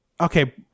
okay